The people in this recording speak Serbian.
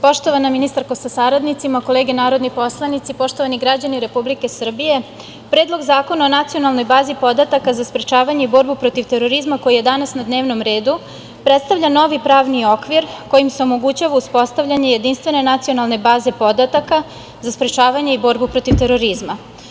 Poštovana ministarko sa saradnicima, kolege narodni poslanici, poštovani građani Republike Srbije, Predlog zakona o Nacionalnoj bazi podataka za sprečavanje i borbu protiv terorizma, koji je danas na dnevnom redu, predstavlja novi pravni okvir kojim se omogućava uspostavlje jedinstvene Nacionalne baze podataka za sprečavanje i borbu protiv terorizma.